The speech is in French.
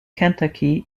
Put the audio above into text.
kentucky